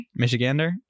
Michigander